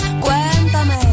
Cuéntame